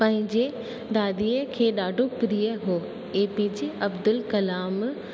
पंहिंजे दादीअ खे ॾाढो प्रिय हो एपीजे अब्दुल कलाम